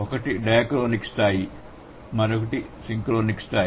ఒకటి డయాక్రోనిక్ స్థాయి మరొకటి సింక్రోనిక్ స్థాయి